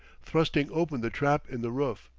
thrusting open the trap in the roof.